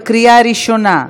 בקריאה ראשונה.